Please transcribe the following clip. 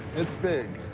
it's big.